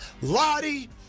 Lottie